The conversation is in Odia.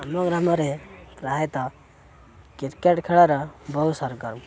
ଆମ ଗ୍ରାମରେ ପ୍ରାୟତଃ କ୍ରିକେଟ୍ ଖେଳାର ବହୁ